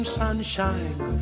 sunshine